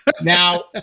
now